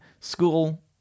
School